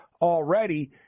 already